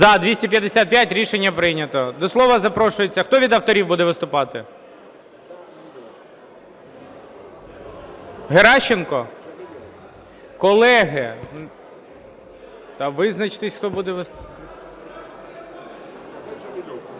За-255 Рішення прийнято. До слова запрошується… Хто від авторів буде виступати? Геращенко? Колеги, та визначтеся, хто буде виступати.